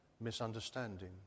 Misunderstanding